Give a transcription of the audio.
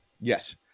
yes